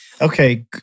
Okay